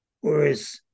whereas